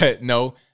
No